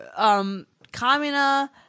Kamina